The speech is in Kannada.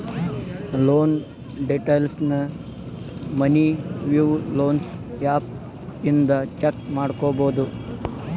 ಲೋನ್ ಡೇಟೈಲ್ಸ್ನ ಮನಿ ವಿವ್ ಲೊನ್ಸ್ ಆಪ್ ಇಂದ ಚೆಕ್ ಮಾಡ್ಕೊಬೋದು